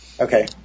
Okay